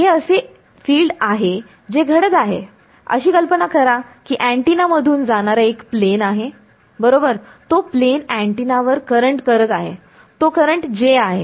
हे असे फील्ड आहे जे घडत आहे अशी कल्पना करा की अँटिना मधून जाणारा एक प्लेन आहे बरोबर तो प्लेनअँटिना वर करंट करत आहे तो करंट J आहे